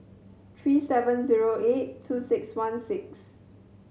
three seven zero eight two six one six